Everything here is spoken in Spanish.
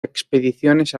expediciones